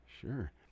Sure